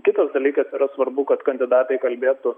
kitas dalykas yra svarbu kad kandidatai kalbėtų